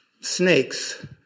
Snakes